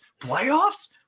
playoffs